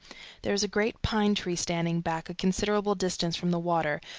there was a great pine tree standing back a considerable distance from the water,